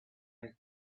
nile